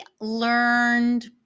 learned